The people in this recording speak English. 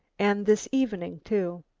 and this evening, too?